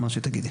בבקשה.